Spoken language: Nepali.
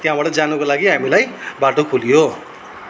त्यहाँबाट जानुको लागि हामीलाई बाटो खुलियो